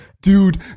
dude